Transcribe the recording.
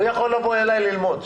הוא יכול לבוא אלי ללמוד.